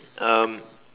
um